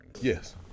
Yes